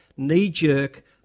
Knee-jerk